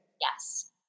yes